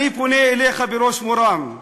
אני פונה אליך בראש מורם,